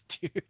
dude